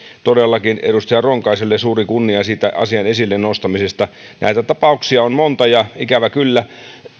todellakin edustaja ronkaiselle suuri kunnia siitä asian esille nostamisesta näitä tapauksia on monta ja ikävä kyllä